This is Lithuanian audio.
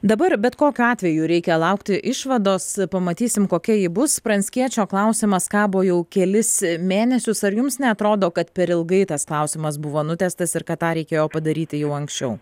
dabar bet kokiu atveju reikia laukti išvados pamatysim kokia ji bus pranckiečio klausimas kabo jau kelis mėnesius ar jums neatrodo kad per ilgai tas klausimas buvo nutęstas ir kad tą reikėjo padaryti jau anksčiau